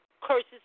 curses